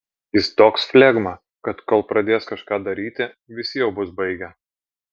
jis toks flegma kad kol pradės kažką daryti visi jau bus baigę